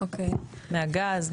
מהגז,